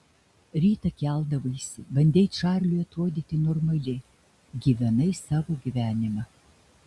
rytą keldavaisi bandei čarliui atrodyti normali gyvenai savo gyvenimą